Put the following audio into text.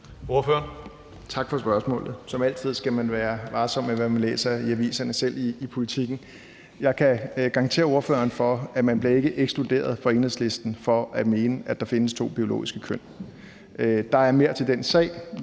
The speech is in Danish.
Tak for spørgsmålet. Som altid skal man være varsom med det, man læser i aviserne, selv i Politiken. Jeg kan garantere ordføreren, at man ikke bliver ekskluderet fra Enhedslisten for at mene, at der findes to biologiske køn. Der er mere til den sag.